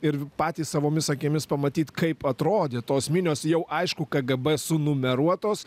ir patys savomis akimis pamatyti kaip atrodė tos minios jau aišku kgb sunumeruotos